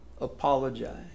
Apologize